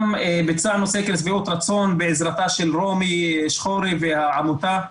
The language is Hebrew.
גם ביצענו סקר שביעות רצון בעזרתה של רומי שחורי והעמותה,